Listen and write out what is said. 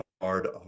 hard